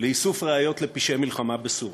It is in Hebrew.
לאיסוף ראיות לפשעי מלחמה בסוריה.